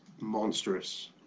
monstrous